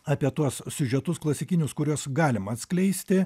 apie tuos siužetus klasikinius kuriuos galima atskleisti